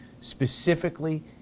specifically